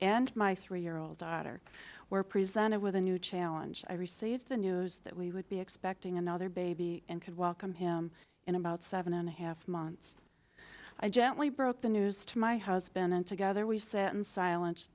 and my three year old daughter were presented with a new challenge i received the news that we would be expecting another baby and could welcome him in about seven and a half months i gently broke the news to my husband and together we sat in silence